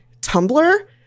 Tumblr